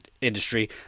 industry